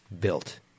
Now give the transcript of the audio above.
built